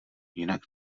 jinak